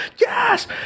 yes